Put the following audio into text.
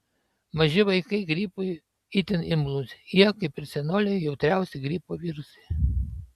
maži vaikai gripui itin imlūs jie kaip ir senoliai jautriausi gripo virusui